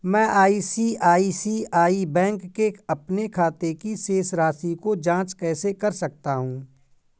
मैं ICICI bank के अपने खाते की शेष राशि की जाँच कैसे कर सकता हूँ?